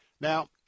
Now